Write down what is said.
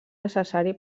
necessari